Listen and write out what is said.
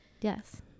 Yes